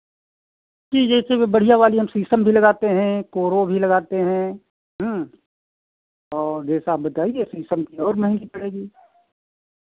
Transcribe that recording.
जी जैसे वे बढ़ियाँ वाली हम सीशम भी लगाते हैं कोरो भी लगाते हैं और जैसा आप बताइए सीशम की और महंगी पड़ेगी